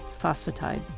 phosphatide